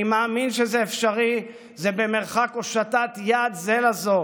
אני מאמין שזה אפשרי, זה במרחק הושטת יד זה לזו.